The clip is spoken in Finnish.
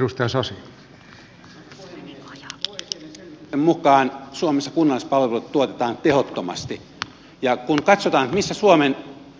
oecdn selvityksen mukaan suomessa kunnallispalvelut tuotetaan tehottomasti ja kun katsotaan missä suomen